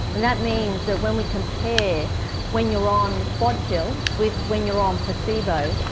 and that means that when we compare when you are on quad-pill with when you are on placebo,